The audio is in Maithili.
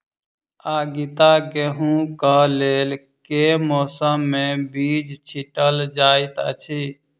आगिता गेंहूँ कऽ लेल केँ मौसम मे बीज छिटल जाइत अछि?